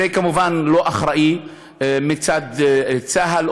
זה כמובן לא אחראי מצד צה"ל,